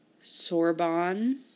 Sorbonne